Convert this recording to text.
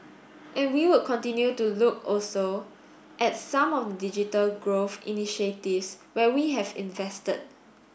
and we would continue to look also at some of the digital growth initiatives where we have invested